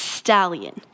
stallion